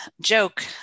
joke